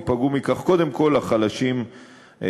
ייפגעו מכך קודם כול החלשים ביותר.